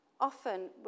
often